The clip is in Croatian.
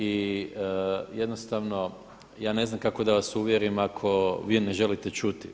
I jednostavno ja ne znam kako da vas uvjerim ako vi ne želite čuti.